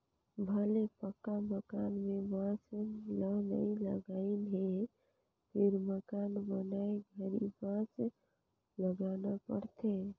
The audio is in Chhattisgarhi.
भले पक्का मकान में बांस ल नई लगईंन हे फिर मकान बनाए घरी बांस लगाना पड़थे